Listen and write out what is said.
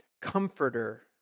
comforter